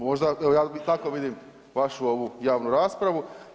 Možda evo, i tako vidim vašu ovu javnu raspravu.